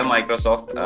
Microsoft